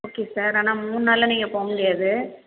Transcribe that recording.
okay sir ஆனால் மூணு நாளில் நீங்கள் போகமுடியாது